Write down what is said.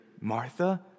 Martha